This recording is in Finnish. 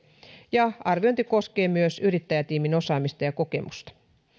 ja arviointi koskee myös yrittäjätiimin osaamista ja kokemusta